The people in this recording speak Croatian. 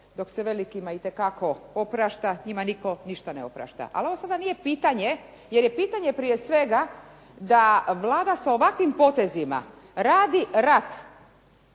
dok se velikima itekako oprašta, njima nitko ništa ne oprašta. Ali ovo sada nije pitanje, jer je pitanje prije svega da Vlada sa ovakvim potezima radi rat